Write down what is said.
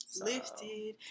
Lifted